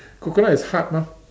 coconut is hard mah